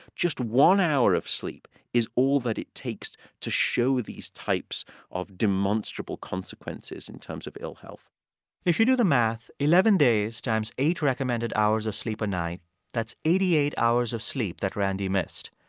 just one hour of sleep is all that it takes to show these types of demonstrable consequences in terms of ill health if you do the math eleven days times eight recommended hours of sleep a night that's eighty eight hours of sleep that randy missed.